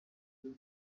ziri